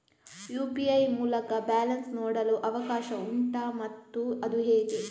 UPI ಮೂಲಕ balance ನೋಡಲು ಅವಕಾಶ ಉಂಟಾ ಮತ್ತು ಅದು ಹೇಗೆ?